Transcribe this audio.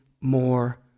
more